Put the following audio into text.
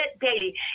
daily